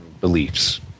beliefs